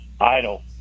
Idle